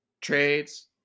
trades